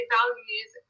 values